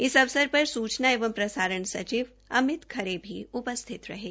इस अवसर पर सूचना एवं प्रसारण सचिव अमित खरे भी उपस्थित रहें